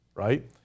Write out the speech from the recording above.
Right